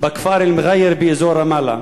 בכפר אל-מרייר באזור רמאללה.